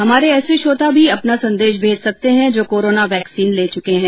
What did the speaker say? हमारे ऐसे श्रोता भी अपना संदेश भेज सकते हैं जो कोरोना वैक्सीन ले चुके हैं